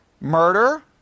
murder